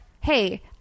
hey